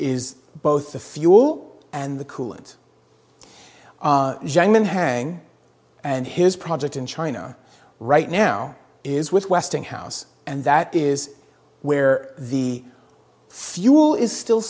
is both the fuel and the coolant gentlemen hang and his project in china right now is with westinghouse and that is where the fuel is still